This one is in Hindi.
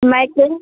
मायके